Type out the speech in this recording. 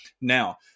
Now